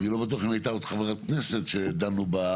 אני לא יודע אם היא הייתה עוד חברת כנסת כשדנו בזה.